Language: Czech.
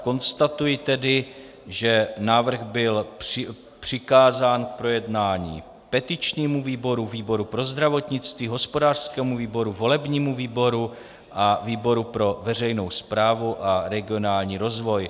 Konstatuji tedy, že návrh byl přikázán k projednání petičnímu výboru, výboru pro zdravotnictví, hospodářskému výboru, volebnímu výboru a výboru pro veřejnou správu a regionální rozvoj.